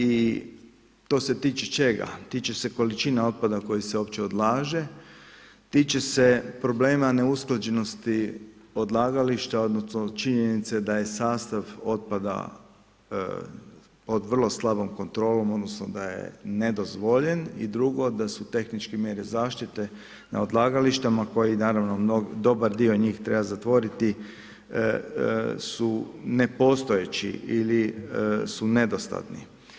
I to se tiče čega Tiče se količine otpada koji se uopće odlaže, tiče se problema neusklađenosti odlagališta, odnosno, činjenica da je sastav otpada pod vrlo slabom kontrolom, odnosno da je nedozvoljen i drugo da su tehničke mjere zaštite na odlagalištima, koji naravno dobar njih treba zatvoriti su nepostojeći ili su nedostatni.